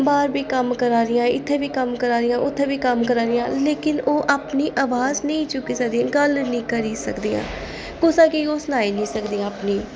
बाहर बी कम्म करै दियां इत्थै बी कम्म करै दियां उत्थै बी कम्म करै दियां लेकिन ओह् अपनी अवाज निं चुक्की सकदियां गल्ल निं करी सकदियां कुसै गी ओह् सनाई निं सकदियां अपनी